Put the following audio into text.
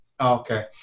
Okay